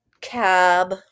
cab